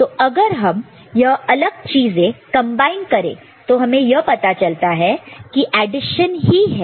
तो अगर हम यह अलग चीजें कंबाइन करें तो हमें यह पता चलता है की एडिशन ही है